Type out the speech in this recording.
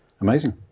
Amazing